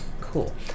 cool